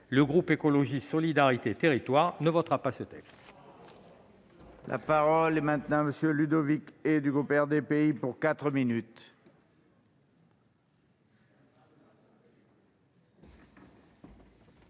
le groupe Écologiste-Solidarité et Territoires ne votera pas ce texte.